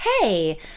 hey